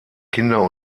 kinder